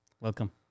Welcome